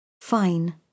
Fine